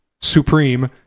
supreme